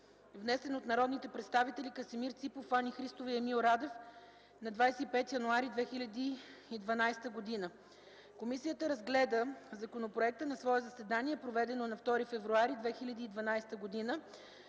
внесен от народните представители Красимир Ципов, Фани Христова и Емил Радев на 25 януари 2012 г. Комисията по правни въпроси разгледа законопроекта на свое заседание, проведено на 2 февруари 2012 г.